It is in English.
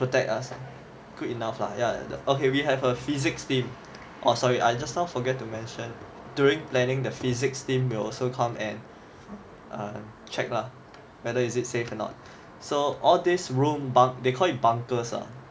to protect us ah good enough lah ya okay we have a physics team orh sorry I just now forget to mention during planning the physics team will also come and err err check lah whether is it safe or not so all these room bu~ they call it bunkers lah